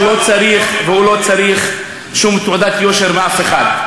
והוא לא צריך שום תעודת יושר מאף אחד.